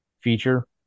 feature